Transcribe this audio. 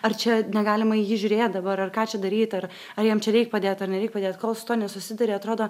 ar čia negalima į jį žiūrėt dabar ar ką čia daryt ar ar jiem čia reik padėt ar nereik padėt kol su tuo nesusiduri atrodo